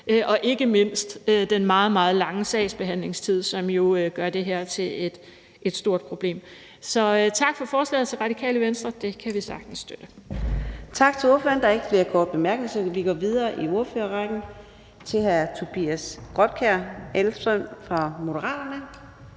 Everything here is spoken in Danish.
ikke mindst den meget, meget lange sagsbehandlingstid, som jo gør det her til et stort problem. Så tak til Radikale Venstre for forslaget. Det kan vi sagtens støtte.